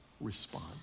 respond